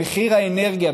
במחיר האנרגיה,